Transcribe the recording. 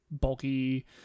bulky